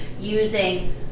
using